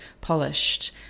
polished